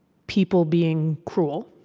people being cruel,